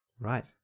Right